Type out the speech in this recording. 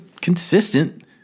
consistent